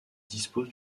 dispose